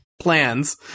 plans